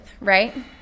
right